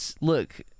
look